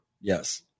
Yes